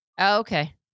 Okay